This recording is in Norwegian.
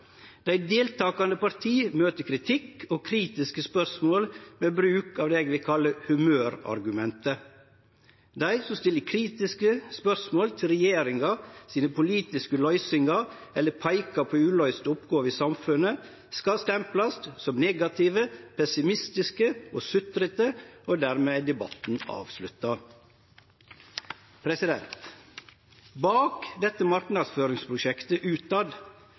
Dei deltakande partia møter kritikk og kritiske spørsmål med bruk av det eg vil kalle humørargumentet. Dei som stiller kritiske spørsmål til regjeringa sine politiske løysingar eller peikar på uløyste oppgåver i samfunnet, skal stemplast som negative, pessimistiske og sutrete, og dermed er debatten avslutta. Bak dette marknadsføringsprosjektet